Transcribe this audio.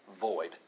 void